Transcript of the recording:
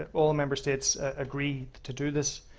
ah all member states agree to do this.